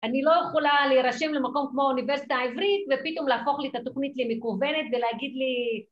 אני לא יכולה להירשם למקום כמו האוניברסיטה העברית ופתאום להפוך לי את התוכנית למקוונת ולהגיד לי...